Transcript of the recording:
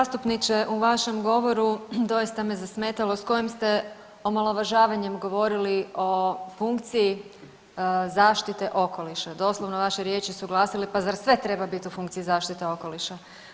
Zastupniče, u vašem govoru doista me zasmetalo s kojim ste omalovažavanjem govorili o funkciji zaštite okoliša, doslovno vaše riječi su glasile „pa zar sve treba bit u funkciji zaštite okoliša“